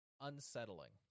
Unsettling